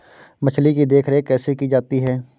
मछली की देखरेख कैसे की जाती है?